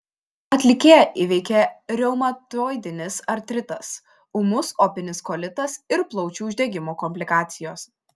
atlikėją įveikė reumatoidinis artritas ūmus opinis kolitas ir plaučių uždegimo komplikacijos